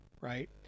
Right